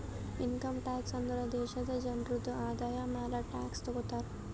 income tax ಅಂದುರ್ ದೇಶಾದು ಜನ್ರುದು ಆದಾಯ ಮ್ಯಾಲ ಟ್ಯಾಕ್ಸ್ ತಗೊತಾರ್